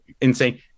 insane